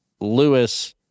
Lewis